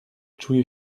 czuje